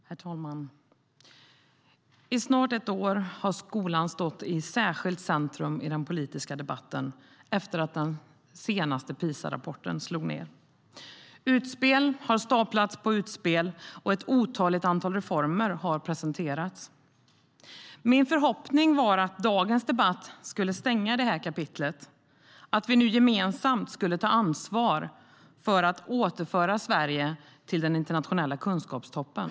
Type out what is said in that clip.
Herr talman! I snart ett år har skolan stått i centrum i den politiska debatten efter det att den senaste PISA-rapporten slog ned. Utspel har staplats på utspel, och ett otaligt antal reformer har presenterats. Min förhoppning var att dagens debatt skulle stänga det kapitlet, att vi nu gemensamt skulle ta ansvar för att återföra Sverige till den internationella kunskapstoppen.